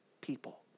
people